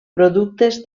productes